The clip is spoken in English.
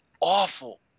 awful